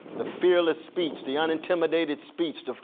the fearless speech, the and intimidated speech,